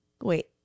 wait